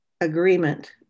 agreement